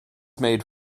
made